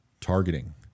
targeting